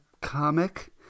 comic